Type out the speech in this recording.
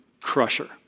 crusher